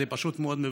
זה פשוט מאוד מבייש.